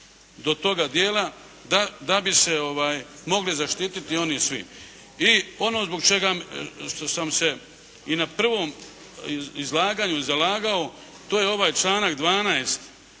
do toga dijela da bi se mogli zaštititi oni svi. I ono zbog čega što sam se i na prvom izlaganju zalagao to je ovaj članak 12.